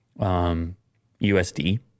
USD